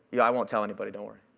yeah i won't tell anybody. don't worry.